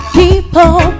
people